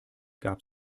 gab